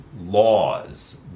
laws